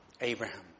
Abraham